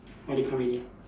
orh they come already